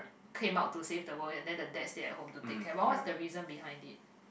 came out to save the world and then the dad stays at home to take care but what's the reason behind this